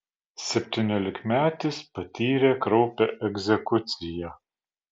septyniolikmetis patyrė kraupią egzekuciją